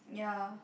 ya